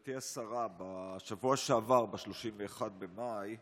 גברתי השרה, בשבוע שעבר, ב-31 במאי,